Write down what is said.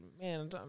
man